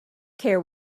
care